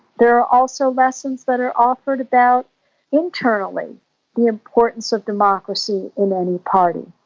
there are also lessons that are offered about internally the importance of democracy in any party,